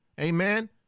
amen